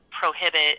prohibit